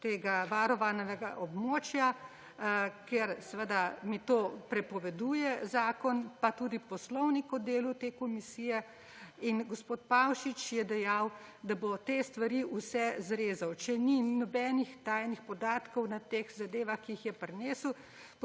tega varovanega območja, ker mi seveda to prepoveduje zakon pa tudi poslovnik o delu te komisije. In gospod Pavšič je dejal, da bo te stvari vse zrezal, če ni nobenih tajnih podatkov na teh zadevah, ki jih je prinesel,